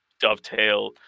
dovetail